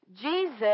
jesus